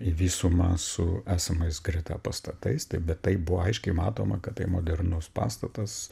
į visumą su esamais greta pastatais taip bet tai buvo aiškiai matoma kad tai modernus pastatas